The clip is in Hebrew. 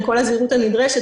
עם כל הזהירות הנדרשת,